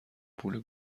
پول